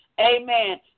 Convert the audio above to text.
amen